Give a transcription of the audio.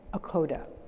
a coda.